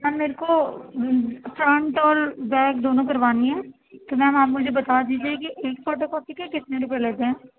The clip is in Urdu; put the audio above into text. میم میرے کو فرنٹ اور بیک دونوں کروانی ہے تو میم آپ مجھے بتا دیجیے کہ ایک فوٹو کاپی کے کتنے روپئے لیتے ہیں